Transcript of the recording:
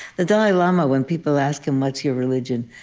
the dalai lama when people ask him, what's your religion?